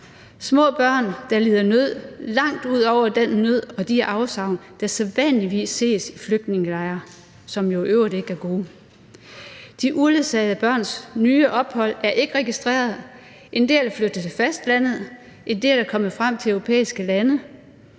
små børn, der lider nød, langt ud over den nød og de afsavn, der sædvanligvis ses i flygtningelejre, som jo i øvrigt ikke er gode. De uledsagede børns nye ophold er ikke registreret. En del er flyttet til fastlandet. En del er kommet frem til europæiske lande,